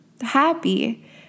happy